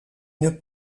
une